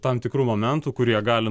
tam tikrų momentų kurie gali